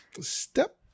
step